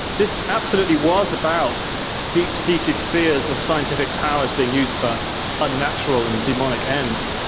this absolutely was about deep-seated fears of scientific powers being used for unnatural and daemonic ends.